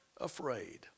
Afraid